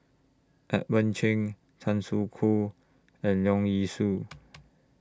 Edmund Cheng Tan Soo Khoon and Leong Yee Soo